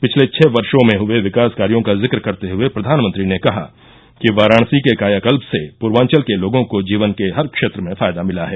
पिछले छः वर्षो में हए विकास कार्यों का जिक्र करते हए प्रधानमंत्री ने कहा कि वाराणसी के कायाकल्प से प्रवांचल के लोगों के जीवन के हर क्षेत्र में फायदा मिला है